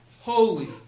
Holy